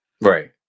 Right